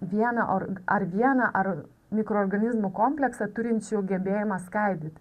vieną org ar vieną ar mikroorganizmų kompleksą turinčių gebėjimą skaidyt